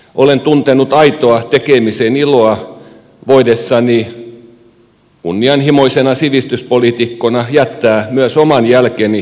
olen tuntenut aitoa tekemisen iloa voidessani kunnianhimoisena sivistyspoliitikkona jättää myös oman jälkeni koulutusjärjestelmämme kehittämiseen